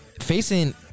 facing